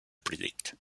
predict